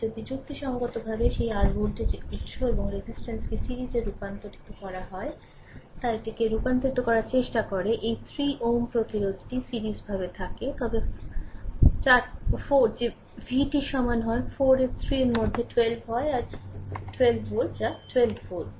যদি যুক্তিসঙ্গতভাবে সেই r ভোল্টেজ উত্স এবং রেজিস্ট্যান্সকে সিরিজে রূপান্তরিত করতে হয় তা এটিকে রূপান্তরিত করার চেষ্টা করে এই 3 Ω প্রতিরোধটি সিরিজ ভাবে থাকে তবে 4 যে v টির সমান হয় 4 এর 3 এর মধ্যে 12 হয় আর 12 ভোল্ট যা 12 ভোল্ট